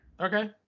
Okay